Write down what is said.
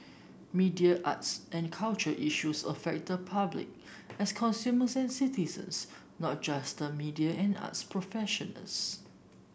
media arts and culture issues affect the public as consumers and citizens not just the media and arts professionals